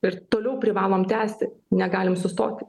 ir toliau privalom tęsti negalim sustoti